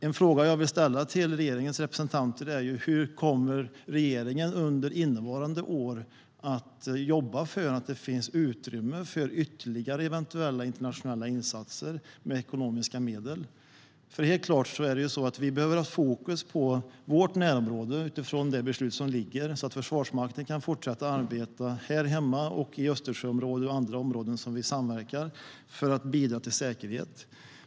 En fråga jag vill ställa till regeringens representanter är hur regeringen under innevarande år kommer att jobba för att det ska finnas utrymme för ytterligare eventuella internationella insatser med ekonomiska medel. Helt klart är det så att vi behöver ha fokus på vårt närområde utifrån det beslut som ligger, så att Försvarsmakten kan fortsätta att arbeta här hemma, i Östersjöområdet och i andra områden där vi samverkar för att bidra till säkerhet.